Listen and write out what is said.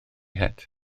het